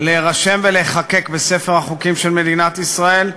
להירשם ולהיחקק בספר החוקים של מדינת ישראל.